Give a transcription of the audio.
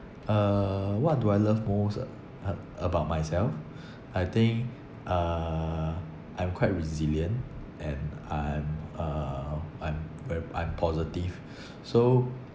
uh what do I love most a a about myself I think uh I'm quite resilient and I'm uh I'm ve~ I'm positive so